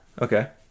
Okay